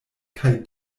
kaj